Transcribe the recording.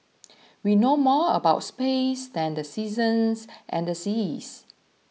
we know more about space than the seasons and the seas